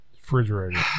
refrigerator